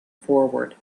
forward